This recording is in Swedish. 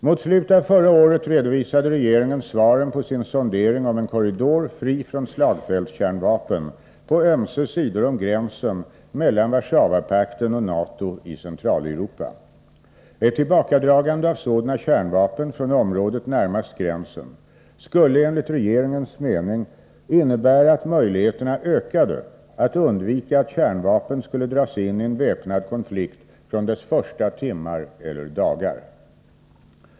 Mot slutet av förra året redovisade regeringen svaren på sin sondering om en korridor fri från slagfältskärnvapen på ömse sidor om gränsen mellan Warszawapakten och NATO i Centraleuropa. Ett tillbakadragande av sådana kärnvapen från området närmast gränsen skulle enligt regeringens mening innebära att möjligheterna ökade för att undvika att kärnvapen skulle dras in i en väpnad konflikt från dess första timmar eller dagar.